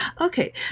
Okay